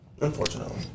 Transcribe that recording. unfortunately